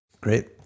Great